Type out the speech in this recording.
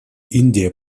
индия